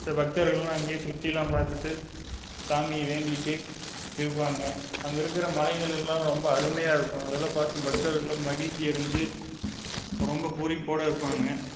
சில பக்தர்கள்லாம் அங்கே சுற்றிலாம் பார்த்துட்டு சாமியை வேண்டிகிட்டு இருப்பாங்கள் அங்கே இருக்கிற மலைகள் எல்லாம் ரொம்ப அருமையாக இருக்கும் அதெல்லாம் பார்த்து பக்தர்கள் எல்லாம் மகிழ்ச்சி அடைஞ்சு ரொம்ப பூரிப்போடு இருப்பாங்கள்